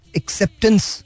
acceptance